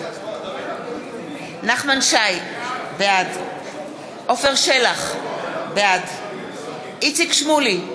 בעד נחמן שי, בעד עפר שלח, בעד איציק שמולי,